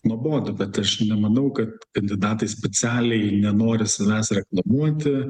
nuobodu bet aš nemanau kad kandidatai specialiai nenori savęs reklamuoti